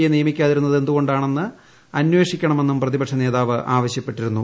യെ നിയമിക്കാതിരുന്നത് എന്തുകൊണ്ടെന്ന് അന്വേഷിക്കണമെന്നും പ്രതിപക്ഷം ന്തോവ് ആവശ്യപ്പെട്ടിരുന്നു